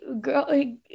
Girl